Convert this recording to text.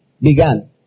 began